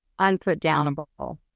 unputdownable